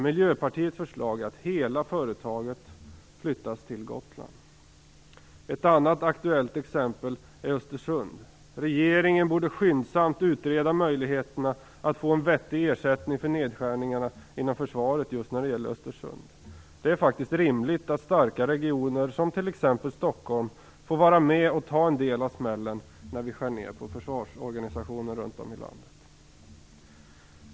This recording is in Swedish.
Miljöpartiets förslag är att hela företaget flyttas till Gotland. Ett annat aktuellt exempel är Östersund. Regeringen borde skyndsamt utreda möjligheterna för Östersund att få en vettig ersättning när det gäller nedskärningarna inom försvaret. Det är faktiskt rimligt att starka regioner, t.ex. Stockholm, får vara med och ta en del av smällen när vi skär ner inom försvarsorganisationer runt om i landet.